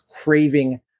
craving